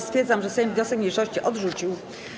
Stwierdzam, że Sejm wniosek mniejszości odrzucił.